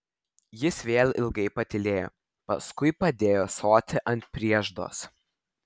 jis vėl ilgai patylėjo paskui padėjo ąsotį ant prieždos